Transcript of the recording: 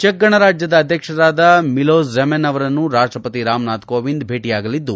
check ಗಣರಾಜ್ಯದ ಅಧ್ಯಕ್ಷರಾದ Milos Zeman ಅವರನ್ನು ರಾಷ್ಟಪತಿ ರಾಮನಾಥ್ ಕೋವಿಂದ್ ಭೇಟಿಯಾಗಲಿದ್ದು